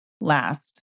last